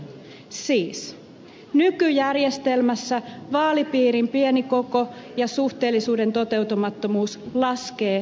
siis nykyjärjestelmässä vaalipiirin pieni koko ja suhteellisuuden toteutumattomuus laskevat äänestysaktiivisuutta